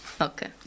Okay